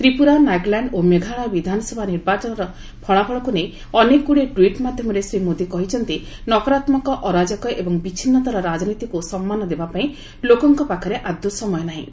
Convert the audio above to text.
ତ୍ରିପୁରା ନାଗାଲାଣ୍ଡ ଓ ମେଘାଳୟ ବିଧାନସଭା ନିର୍ବାଚନର ଫଳାଫଳକୁ ନେଇ ଅନେକଗୁଡ଼ିଏ ଟ୍ୱିଟ୍ ମାଧ୍ୟମରେ ଶ୍ରୀ ମୋଦି କହିଛନ୍ତି ନକାରାତ୍ମକ ଅରାଜକ ଏବଂ ବିଚ୍ଛିନ୍ନତାର ରାଜନୀତିକୁ ସମ୍ମାନ ଦେବା ପାଇଁ ଲୋକଙ୍କ ପାଖରେ ଆଦୌ ସମୟ ନାହିଁ